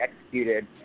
executed